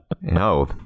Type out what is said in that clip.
No